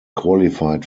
qualified